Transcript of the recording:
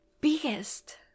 Biggest